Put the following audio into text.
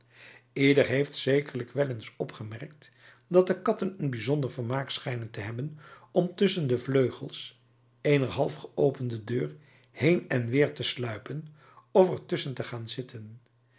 ieder heeft zekerlijk wel eens opgemerkt dat de katten een bijzonder vermaak schijnen te hebben om tusschen de vleugels eener half geopende deur heen en weer te sluipen of er tusschen te gaan zitten